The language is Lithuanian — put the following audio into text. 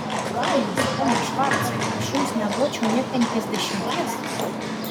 ką jūs pone švarcai aš jums neduočiau nė penkiasdešimties